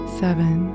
seven